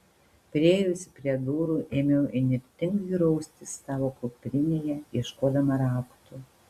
priėjusi prie durų ėmiau įnirtingai raustis savo kuprinėje ieškodama raktų